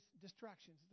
distractions